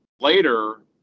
later